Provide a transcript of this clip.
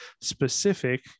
specific